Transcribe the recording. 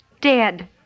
dead